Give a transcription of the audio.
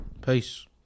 Peace